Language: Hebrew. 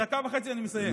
דקה וחצי אני מסיים.